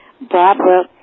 Barbara